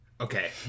Okay